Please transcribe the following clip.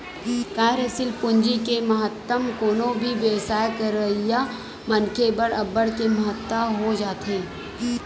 कार्यसील पूंजी के महत्तम कोनो भी बेवसाय करइया मनखे बर अब्बड़ के महत्ता हो जाथे